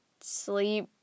sleep